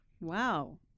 Wow